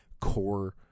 core